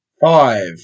Five